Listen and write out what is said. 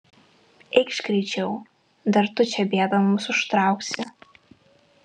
eikš greičiau dar tu čia bėdą mums užtrauksi